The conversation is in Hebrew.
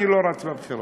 ואני לא רץ לבחירות.